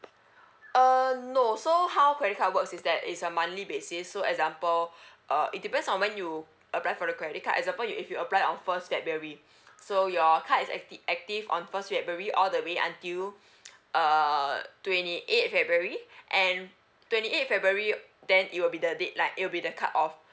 uh no so how credit card works is that it's a monthly basis so example uh it depends on when you apply for the credit card example if you apply on first february so your card is acti~ active on first february all the way until uh twenty eight february and twenty eight february then it will be the deadline it will be the cut off